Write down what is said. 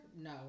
No